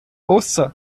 ussa